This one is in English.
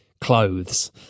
clothes